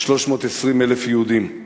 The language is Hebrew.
320,000 יהודים.